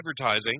advertising